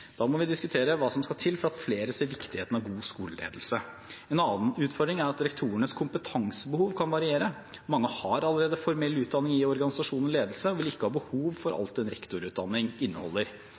Da må vi diskutere hva som skal til for at flere ser viktigheten av god skoleledelse. En annen utfordring er at rektorenes kompetansebehov kan variere. Mange har allerede formell utdanning i organisasjon og ledelse og vil ikke ha behov for alt det en rektorutdanning inneholder.